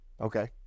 Okay